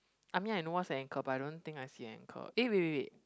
I mean I know what's an ankle but I don't think I see an ankle eh wait wait